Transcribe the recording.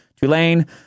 Tulane